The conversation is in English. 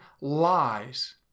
lies